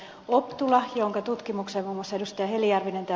optula jonka tutkimukseen muun muassa ed